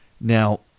Now